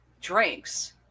drinks